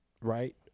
right